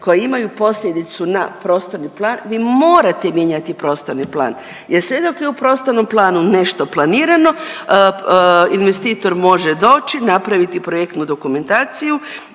koja imaju posljedicu na prostorni plan, vi morate mijenjati prostorni plan jer sve dok je u prostornom planu nešto planirano, investitor može doći napraviti projektnu dokumentaciju